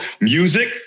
music